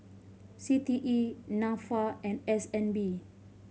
C T E Nafa and S N B